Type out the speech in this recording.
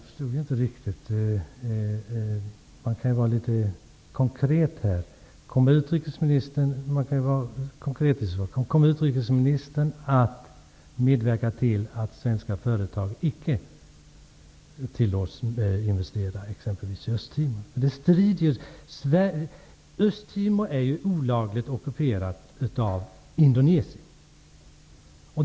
Fru talman! Det svaret förstod jag inte riktigt. Låt mig vara litet konkret. Kommer utrikesministern att medverka till att svenska företag icke tillåts investera exempelvis i Östtimor? Östtimor är ju olagligt ockuperat av Indonesien.